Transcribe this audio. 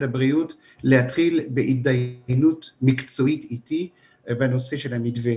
הבריאות להתחיל בהתדיינות מקצועית אתי בנושא המתווה.